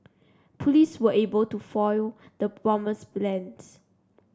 police were able to foil the bomber's plans